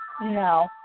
No